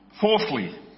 Fourthly